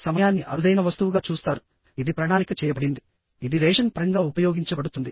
సమయాన్ని అరుదైన వస్తువుగా చూస్తారు ఇది ప్రణాళిక చేయబడింది ఇది రేషన్ పరంగా ఉపయోగించబడుతుంది